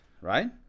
right